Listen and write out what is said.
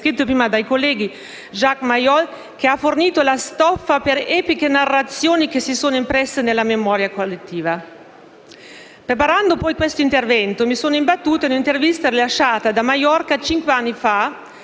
descritto benissimo dai colleghi, Jacques Mayol, il quale ha fornito la stoffa per epiche narrazioni che si sono impresse nella memoria collettiva. Preparando questo intervento, mi sono imbattuta in un'intervista rilasciata da Maiorca cinque anni fa